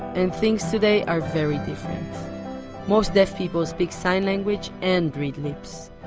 and things today are very different most deaf people speak sign language and read lips,